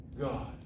God